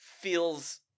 feels